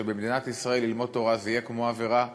שבמדינת ישראל ללמוד תורה זה יהיה כמו עבירה פלילית,